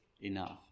enough